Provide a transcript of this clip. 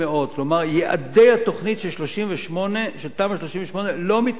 כלומר יעדי התוכנית של תמ"א 38 לא מתמלאים.